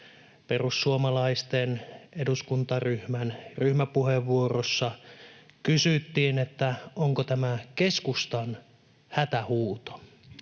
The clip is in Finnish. Perussuomalaisten eduskuntaryhmän ryhmäpuheenvuorossa kysyttiin, onko tämä keskustan hätähuuto.